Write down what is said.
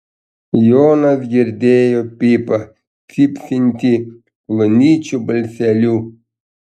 jonas girdėjo pipą cypsintį plonyčiu balseliu